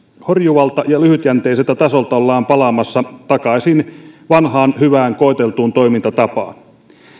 horjuvalta ja lyhytjänteiseltä tasolta ollaan palaamassa takaisin vanhaan hyvään koeteltuun toimintatapaan